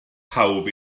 pawb